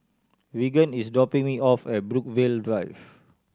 Reagan is dropping me off at Brookvale Drive